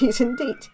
indeed